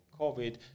COVID